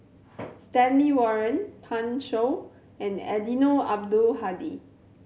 Stanley Warren Pan Shou and Eddino Abdul Hadi